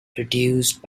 produced